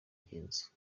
ngenzi